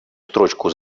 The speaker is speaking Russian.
строчку